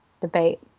debate